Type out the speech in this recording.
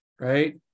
right